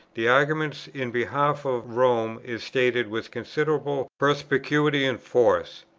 the argument in behalf of rome is stated with considerable perspicuity and force.